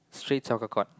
street soccer court